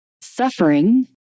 Suffering